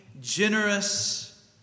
generous